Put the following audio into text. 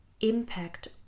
impact